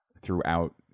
throughout